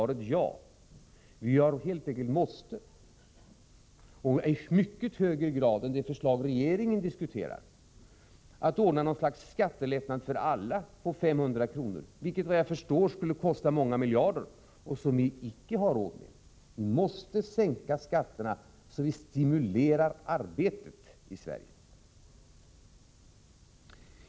Med våra förslag har vi råd till detta i mycket högre grad än vi skulle ha med det förslag regeringen diskuterar, dvs. något slags skattelättnad med 500 kr. för alla. Enligt vad jag förstår skulle detta kosta många miljarder, vilket vi icke har råd med. Vi måste sänka skatterna, så att vi stimulerar arbetet i Sverige.